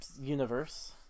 Universe